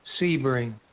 Sebring